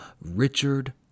Richard